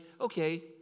okay